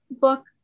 book